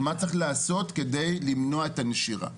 מה צריך לעשות כדי למנוע את הנשירה.